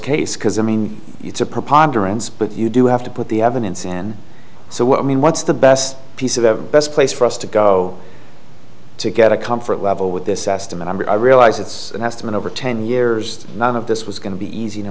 case because i mean it's a preponderance but you do have to put the evidence in so what i mean what's the best piece of the best place for us to go to get a comfort level with this estimate i realize it's an estimate over ten years none of this was going to be easy no